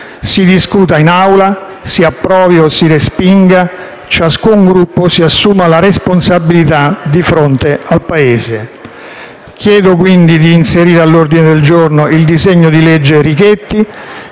Si discuta in Aula; si approvi o si respinga; ciascun Gruppo si assuma la responsabilità di fronte al Paese. Chiedo, quindi, di inserire all'ordine del giorno il disegno di legge presentato